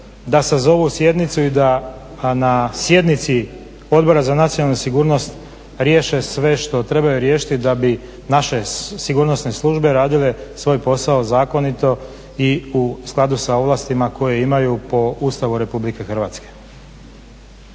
da sazovu sjednicu i da na sjednici Odbora za nacionalnu sigurnost riješe sve što trebaju riješiti da bi naše sigurnosne službe radile svoj posao zakonito i u skladu sa ovlastima koje imaju po Ustavu Republike Hrvatske.